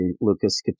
Lucas